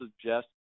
suggest